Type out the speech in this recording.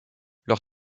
leur